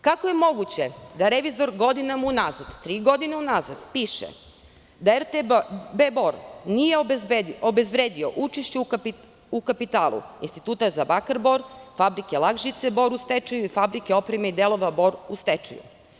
Kako je moguće da revizora godinama u nazad, tri godine u nazad piše da RTB Bor nije obezbedio učešće u kapitalu Instituta za bakar Bor, Fabrike lak žice Bor u stečaju i Fabrike opreme i delova Bor u stečaju.